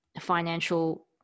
financial